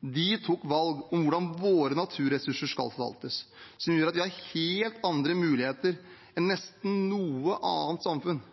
De tok valg om hvordan våre naturressurser skal forvaltes, som gjør at vi har helt andre muligheter enn nesten noe annet samfunn.